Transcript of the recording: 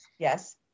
Yes